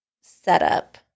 setup